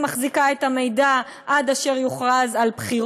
היא מחזיקה את המידע נגד אנשים כאלה ואחרים עד אשר יוכרז על בחירות.